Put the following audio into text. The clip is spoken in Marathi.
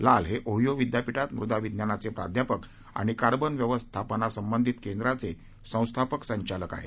लाल हे ओहियो विद्यापीठात मृदा विज्ञानाचे प्राध्यापक आणि कार्बन व्यवस्थापनासंबंधित केंद्राचे संस्थापक संचालक आहेत